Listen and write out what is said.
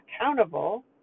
accountable